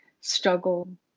struggle